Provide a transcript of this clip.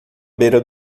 beira